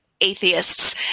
atheists